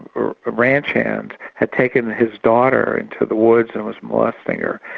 a ranch hand had taken his daughter into the woods and was molesting her,